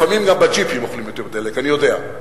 לפעמים גם ג'יפים אוכלים יותר דלק, אני יודע,